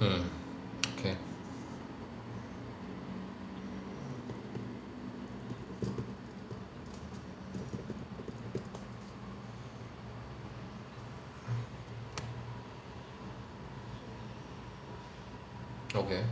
mm okay okay